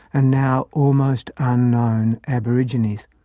and now almost unknown, aborigines.